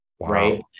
right